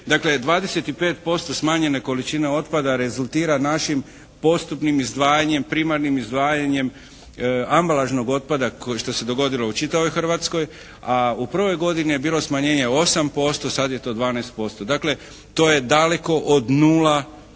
Dakle, 25% smanjene količine otpada rezultira našim postupnim izdvajanjem, primarnim izdvajanjem ambalažnog otpada što se dogodilo u čitavoj Hrvatskoj a u prvoj godini je bilo smanjenje 8% sada je to 12%. Dakle, to je daleko od